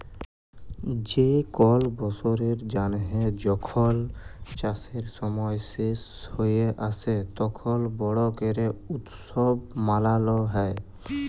যে কল বসরের জ্যানহে যখল চাষের সময় শেষ হঁয়ে আসে, তখল বড় ক্যরে উৎসব মালাল হ্যয়